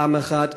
עם אחד,